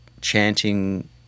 chanting